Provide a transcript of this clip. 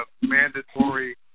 mandatory